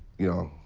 you know,